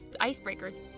icebreakers